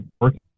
working